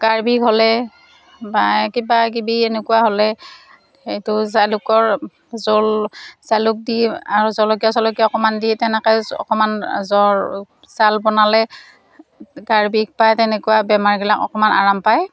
গাৰ বিষ হ'লে বা কিবা কিবি এনেকুৱা হ'লে এইটো জালুকৰ জোল জালুক দি আৰু জলকীয়া চলকীয়া অকণমান দি তেনেকেই অকণমান জ্বৰ জাল বনালে গাৰ বিষ বা তেনেকুৱা বেমাৰগিলা অকণমান আৰাম পায়